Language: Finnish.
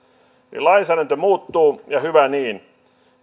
lainsäädäntö muuttuu ja hyvä niin